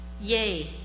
Yea